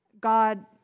God